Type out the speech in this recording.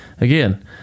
again